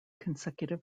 consecutive